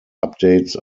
updates